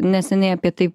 neseniai apie tai